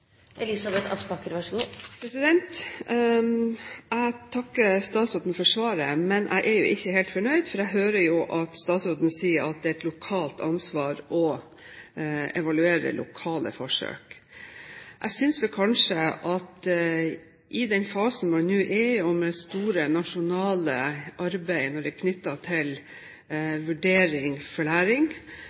Jeg takker statsråden for svaret, men jeg er ikke helt fornøyd, for jeg hører jo at statsråden sier at det er et lokalt ansvar å evaluere lokale forsøk. I den fasen man nå er i, med store nasjonale arbeid knyttet til vurdering av læring,